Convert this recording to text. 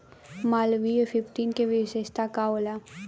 Malviya fifteen के विशेषता का होला?